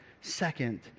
Second